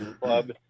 club